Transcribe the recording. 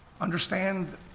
understand